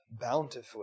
bountifully